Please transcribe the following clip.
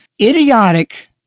idiotic